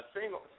single